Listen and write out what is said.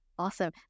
awesome